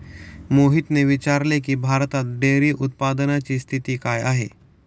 मोहितने विचारले की, भारतात डेअरी उत्पादनाची स्थिती काय आहे?